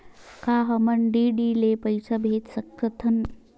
का हम डी.डी ले पईसा भेज सकत हन?